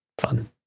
fun